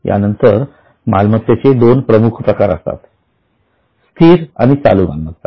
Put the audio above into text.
यानंतर मालमत्तेचे दोन प्रमुख प्रकार असतात स्थिर आणि चालू मालमत्ता